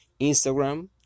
Instagram